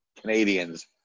Canadians